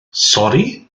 sori